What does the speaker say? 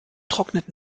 trocknet